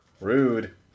Rude